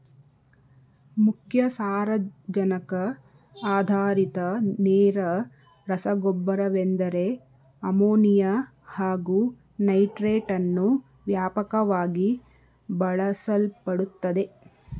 ಮುಖ್ಯ ಸಾರಜನಕ ಆಧಾರಿತ ನೇರ ರಸಗೊಬ್ಬರವೆಂದರೆ ಅಮೋನಿಯಾ ಹಾಗು ನೈಟ್ರೇಟನ್ನು ವ್ಯಾಪಕವಾಗಿ ಬಳಸಲ್ಪಡುತ್ತದೆ